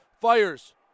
Fires